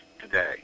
today